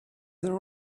there